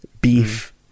beef